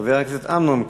חבר הכנסת אמנון כהן,